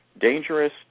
dangerous